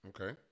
okay